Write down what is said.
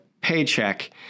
paycheck